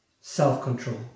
self-control